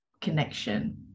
connection